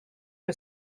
you